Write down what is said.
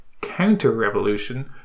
counter-revolution